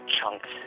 chunks